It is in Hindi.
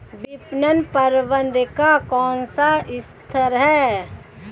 विपणन प्रबंधन का कौन सा स्तर है?